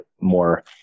more